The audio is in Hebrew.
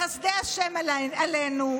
בחסדי השם עלינו,